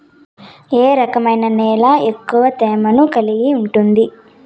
ఏ రకమైన నేల ఎక్కువ తేమను కలిగి ఉంటుంది?